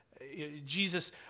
Jesus